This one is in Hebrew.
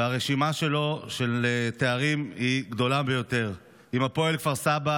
והרשימה של התארים שלו היא גדולה ביותר: עם הפועל כפר סבא,